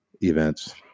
events